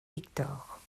victor